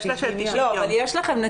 יש לה הגנה של 90 ימים.